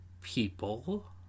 people